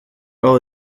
all